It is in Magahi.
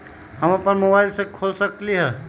हम अपना मोबाइल से खोल सकली ह?